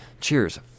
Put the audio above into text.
Cheers